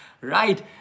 Right